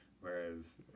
whereas